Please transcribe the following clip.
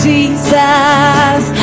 Jesus